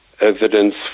evidence